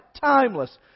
timeless